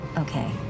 Okay